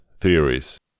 theories